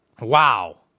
Wow